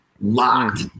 locked